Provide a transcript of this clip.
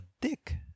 dick